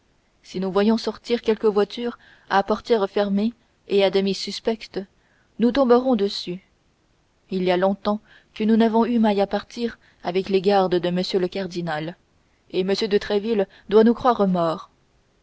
si nous voyons sortir quelque voiture à portière fermée et à demi suspecte nous tomberons dessus il y a longtemps que nous n'avons eu maille à partir avec les gardes de m le cardinal et m de tréville doit nous croire